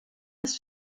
ist